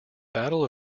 battle